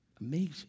Amazing